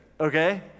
okay